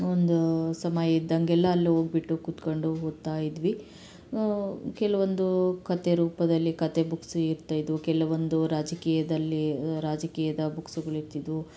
ಒಂದು ಸಮಯ ಇದ್ದಾಗೆಲ್ಲ ಅಲ್ಲಿ ಹೋಗ್ಬಿಟ್ಟು ಕುತ್ಕೊಂಡು ಓದ್ತಾ ಇದ್ವಿ ಕೆಲವೊಂದು ಕಥೆ ರೂಪದಲ್ಲಿ ಕಥೆ ಬುಕ್ಸ್ ಇರ್ತಾ ಇದ್ದವು ಕೆಲವೊಂದು ರಾಜಕೀಯದಲ್ಲಿ ರಾಜಕೀಯದ ಬುಕ್ಸುಗಳು ಇರ್ತಿದ್ದವು